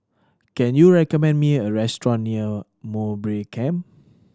can you recommend me a restaurant near Mowbray Camp